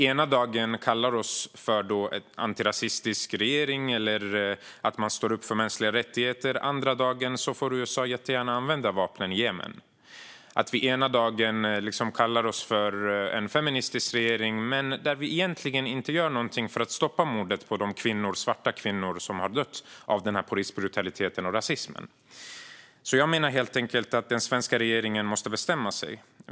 Ena dagen kallar sig regeringen antirasistisk och säger att man står upp för mänskliga rättigheter, andra dagen får USA jättegärna använda vapnen i Jemen. Vi säger att vi har en feministisk regering men gör egentligen ingenting för att stoppa morden på de svarta kvinnor som dör av polisbrutalitet och rasism. Jag menar helt enkelt att den svenska regeringen måste bestämma sig.